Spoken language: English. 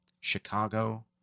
Chicago